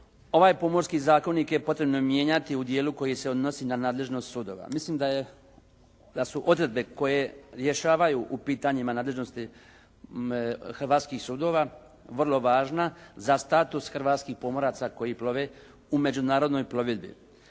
ovaj Pomorski zakonik potrebno mijenjati u dijelu koji se odnosi na nadležnost sudova? Mislim da su odredbe koje rješavaju o pitanjima nadležnosti hrvatskih sudova vrlo važna za status hrvatskih pomoraca koji plove u međunarodnoj plovidbi.